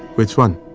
which one?